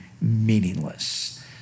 meaningless